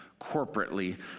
corporately